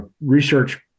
research